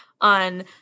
on